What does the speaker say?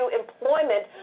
employment